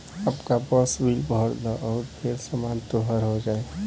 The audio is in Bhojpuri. अबका बस बिल भर द अउरी फेर सामान तोर हो जाइ